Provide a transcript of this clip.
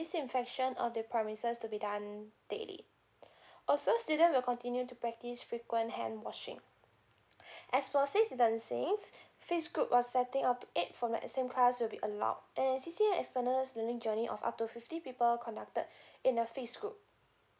disinfection on the premises to be done daily also student will continue to practice frequent hand washing as for safe distancing phase group will setting up to eight from the same class would be allowed and C_C_A external during journey of up to fifty people conducted in a phase group